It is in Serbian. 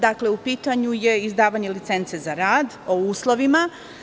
Dakle, u pitanju je izdavanje licence za rad, o uslovima.